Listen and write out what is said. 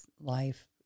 life